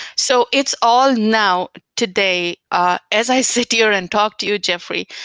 so it's all now, today, ah as i sit here and talk to you, jeffrey.